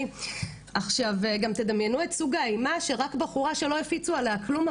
גם תדמיינו את סוג האימה של בחורה שלא הפיצו עליה כלום,